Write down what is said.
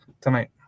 tonight